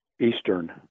Eastern